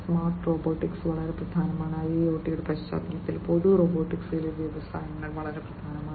smart robotics വളരെ പ്രധാനമാണ് IIoT യുടെ പശ്ചാത്തലത്തിൽ പൊതു റോബോട്ടിക്സിലെ വ്യവസായങ്ങൾ വളരെ പ്രധാനമാണ്